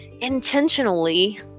intentionally